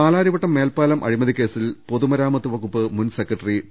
പാലാരിവട്ടം മേൽപാലം അഴിമതികേസിൽ പൊതുമരാമത്ത് വകുപ്പ് മുൻ സെക്രട്ടറി ടി